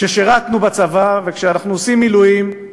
כששירתנו בצבא, וכשאנחנו עושים מילואים,